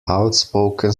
outspoken